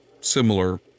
Similar